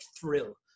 thrill